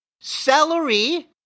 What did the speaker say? Celery